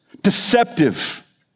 deceptive